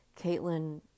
Caitlin